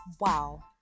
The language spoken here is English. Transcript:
Wow